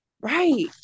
right